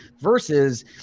versus –